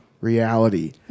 reality